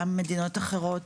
גם מדינות אחרות